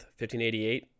1588